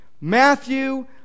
matthew